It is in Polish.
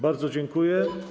Bardzo dziękuję.